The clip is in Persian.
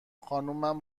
خانمم